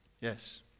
Yes